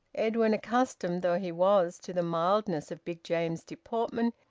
edwin, accustomed though he was to the mildness of big james's deportment,